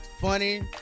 Funny